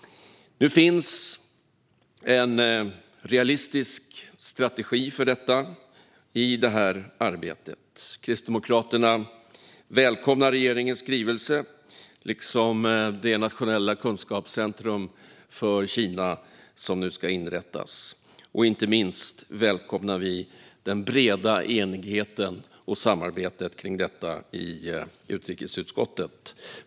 Nu finns det en realistisk strategi för detta arbete. Kristdemokraterna välkomnar regeringens skrivelse liksom det nationella kunskapscentrum om Kina som nu ska inrättas. Inte minst välkomnar vi den breda enigheten och samarbetet om detta i utrikesutskottet.